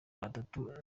batatu